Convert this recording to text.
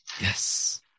Yes